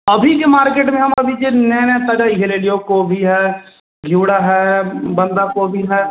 अभी जे मार्केटमे हम अभी जे नया नया जे लेलिऔ कोबी हइ घिवरा हइ बन्धा कोबी हइ